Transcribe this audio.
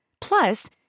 Plus